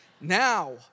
now